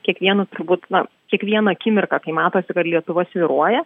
kiekvienu turbūt na kiekviena akimirka kai matosi kad lietuva svyruoja